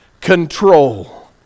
control